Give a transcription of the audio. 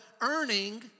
earning